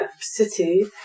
city